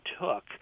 took